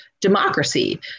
democracy